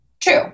True